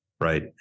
Right